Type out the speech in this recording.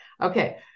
Okay